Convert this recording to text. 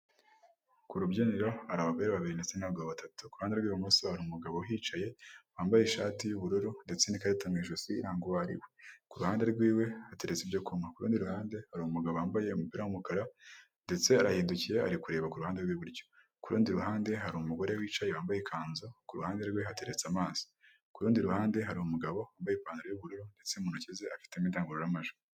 Ku rubyiniro hari abagore babiri ndetse n'abagabo batatu kuruhande rwwibumoso hari umugabohicaye wambaye ishati yubururu ndetse n'ikarita mu ijosirangwariwe kuruhande rwiwe hateretse ibyo kuywa, ku rundi ruhande hariru umugabo wambaye umupira w'umukara ndetse arahindukiye ari kureba ku ruruhande rw'iburyo, ku rundi ruhande hari umugore wicaye wambaye ikanzu; kuruhande rwe hateretse amazi, ku rurundi ruhande harirumu umugabo wambaye ipantaro yubururu ndetse mu ntoki ze afitemo indangururamajwi.